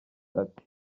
ati